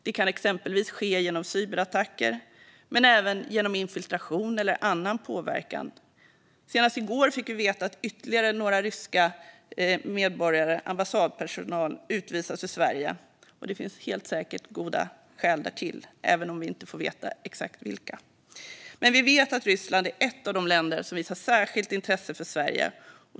Det kan exempelvis ske genom cyberattacker men även genom infiltration eller annan påverkan. Senast i går fick vi veta att ytterligare några ryska medborgare, ambassadpersonal, utvisas ur Sverige. Och det finns helt säkert goda skäl därtill, även om vi inte får veta exakt vilka. Men vi vet att Ryssland är ett av de länder som visar särskilt intresse för Sverige.